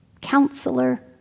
counselor